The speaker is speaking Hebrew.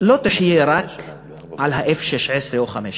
לא תחיה רק על F-16 או F-15,